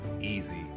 easy